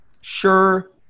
sure